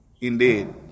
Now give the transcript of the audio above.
indeed